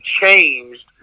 changed